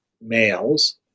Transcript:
males